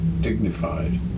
Dignified